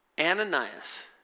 Ananias